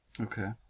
Okay